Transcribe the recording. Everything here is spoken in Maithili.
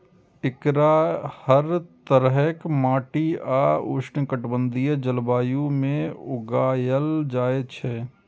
एकरा हर तरहक माटि आ उष्णकटिबंधीय जलवायु मे उगायल जाए छै